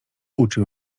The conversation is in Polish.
uczył